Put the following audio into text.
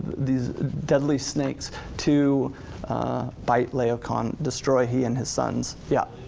these deadly snakes to bite laocoon, destroy he and his sons, yeah?